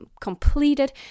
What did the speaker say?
completed